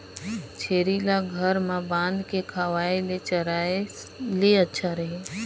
छेरी ल घर म बांध के खवाय ले चराय ले अच्छा रही?